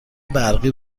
برقی